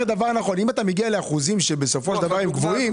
אם אתה מגיע לאחוזים שבסופו של דבר הם גבוהים,